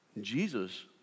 Jesus